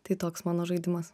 tai toks mano žaidimas